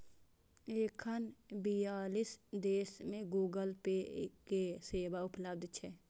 एखन बियालीस देश मे गूगल पे के सेवा उपलब्ध छै